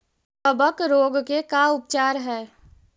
कबक रोग के का उपचार है?